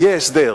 יהיה הסדר,